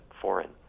foreign